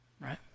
right